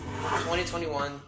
2021